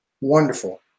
wonderful